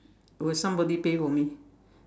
will somebody pay for me